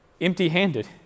empty-handed